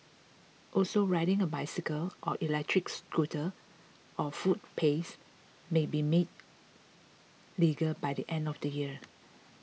also riding a bicycle or electric scooter on footpaths may be made legal by the end of the year